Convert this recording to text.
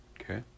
Okay